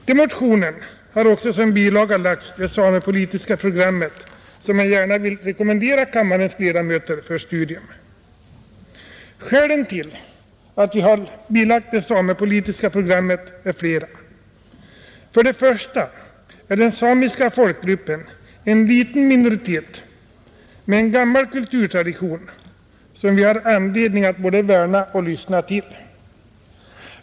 Till motionen har också som bilaga lagts det samepolitiska programmet, som jag gärna vill rekommendera kammarens ledamöter för studium. Skälen till att vi har bilagt det samepolitiska programmet är flera, För det första är den samiska folkgruppen en liten minoritet med en gammal kulturtradition, som vi har anledning att både värna och lyssna till.